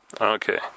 Okay